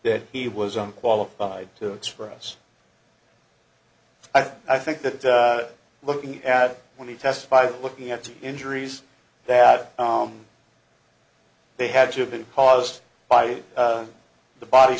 that he was unqualified to express i think that looking at when he testified looking at the injuries that they had to have been caused by the body